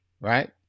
right